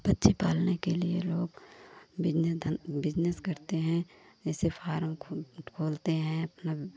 पक्षी पालने के लिए लोग बिजने धन बिजनेस करते है जैसे फारम को खोलते हैं अपना